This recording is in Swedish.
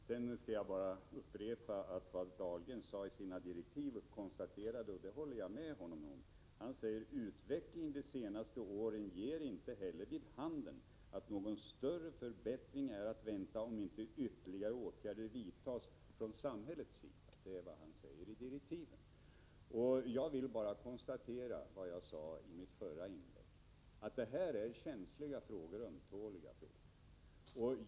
Sedan skall jag bara upprepa vad Anders Dahlgren konstaterade i direktiven, och detta håller jag med honom om: ”Utvecklingen de senaste åren ger inte heller vid handen att någon större förbättring är att vänta om inte ytterligare åtgärder vidtas från samhällets sida.” Jag vill bara ytterligare understryka vad jag sade i mitt förra inlägg. Det här är känsliga och ömtåliga frågor.